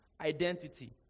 identity